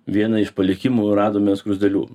vieną iš palikimų radome skruzdėlių